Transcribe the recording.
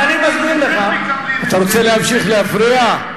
אתה רוצה להמשיך להפריע?